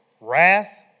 wrath